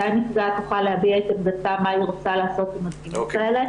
מתי נפגעת תוכל להביע את עמדתה מה היא רוצה לעשות עם הדגימות האלה.